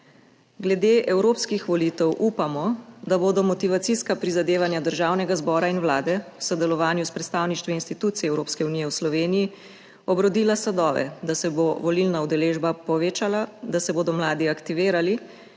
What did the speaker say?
Glede evropskih volitev upamo, da bodo motivacijska prizadevanja Državnega zbora in Vlade v sodelovanju s predstavništvi institucij Evropske unije v Sloveniji obrodila sadove, da se bo volilna udeležba povečala, da se bodo mladi aktivirali